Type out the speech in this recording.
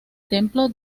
templo